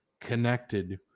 connected